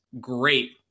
great